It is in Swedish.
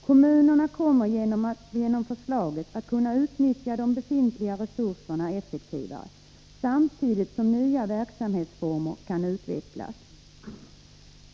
Kommunerna kommer genom förslaget att kunna utnyttja de befintliga resurserna effektivare samtidigt som nya verksamhetsformer kan utvecklas.